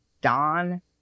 Don